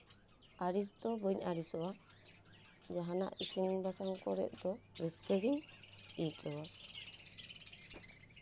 ᱟᱹᱲᱤᱥ ᱫᱚ ᱵᱟᱹᱧ ᱟᱹᱲᱤᱥᱚᱜᱼᱟ ᱡᱟᱦᱟᱱᱟᱜ ᱤᱥᱤᱱ ᱵᱟᱥᱟᱝ ᱠᱚᱨᱮᱫ ᱫᱚ ᱨᱟᱹᱥᱠᱟᱹ ᱜᱮᱧ ᱟᱹᱭᱠᱟᱹᱣᱟ